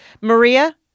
Maria